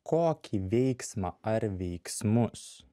kokį veiksmą ar veiksmus